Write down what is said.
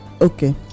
Okay